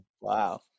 wow